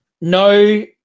No